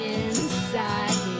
inside